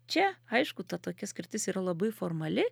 čia aišku ta tokia skirtis yra labai formali